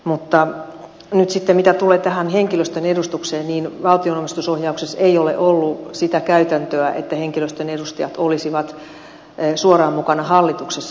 mutta nyt sitten mitä tulee tähän henkilöstön edustukseen niin valtion omistajaohjauksessa ei ole ollut sitä käytäntöä että henkilöstön edustajat olisivat suoraan mukana hallituksessa